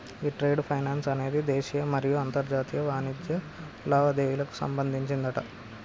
ఈ trade finance అనేది దేశీయ మరియు అంతర్జాతీయ వాణిజ్య లావాదేవీలకు సంబంధించిందట